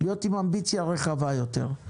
להיות עם אמביציה רחבה יותר.